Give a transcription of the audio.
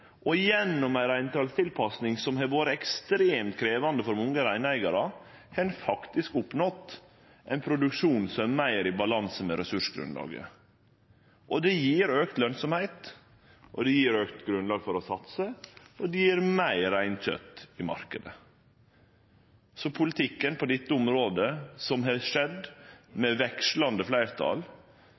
Og gjennom ei reintalstilpassing som har vore ekstremt krevjande for mange reineigarar, har ein faktisk oppnådd ein produksjon som er meir i balanse med ressursgrunnlaget. Det gjev auka lønsemd, det gjev auka grunnlag for å satse, og det gjev meir reinkjøt i marknaden. Så politikken på dette området, som har kome til med vekslande fleirtal